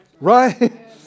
Right